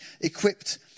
equipped